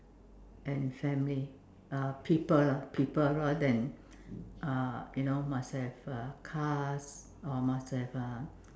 and family uh people lah people rather than uh you know must have uh cars or must have uh